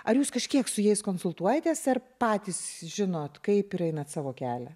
ar jūs kažkiek su jais konsultuojatės ar patys žinot kaip ir einat savo kelią